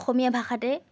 অসমীয়া ভাষাতে